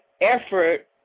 effort